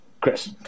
Chris